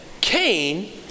Cain